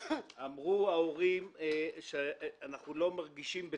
אמרו ההורים שהם מרגישים לא בטוחים.